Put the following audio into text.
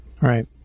right